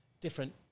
different